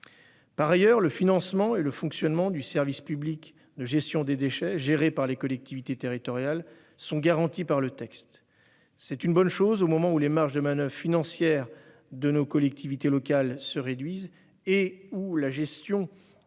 Par ailleurs, le financement et le fonctionnement du service public de gestion des déchets, géré par les collectivités territoriales, sont garantis par le texte. C'est une bonne chose au moment où les marges de manoeuvre financières de nos territoires se réduisent. Ne l'oublions